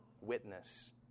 witness